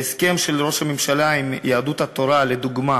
בהסכם של ראש הממשלה עם יהדות התורה, לדוגמה,